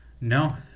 No